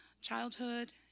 childhood